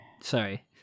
Sorry